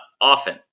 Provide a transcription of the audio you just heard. often